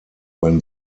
when